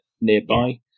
nearby